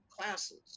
classes